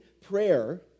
prayer